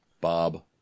Bob